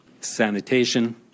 sanitation